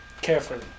Carefully